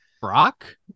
Brock